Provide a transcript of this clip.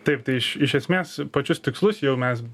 taip tai iš iš esmės pačius tikslus jau mes